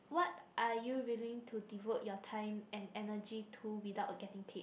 what are you willing to devote your time and energy to without getting paid